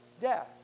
death